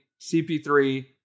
CP3